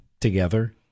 together